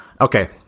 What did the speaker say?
okay